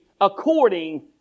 according